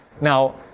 Now